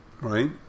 Right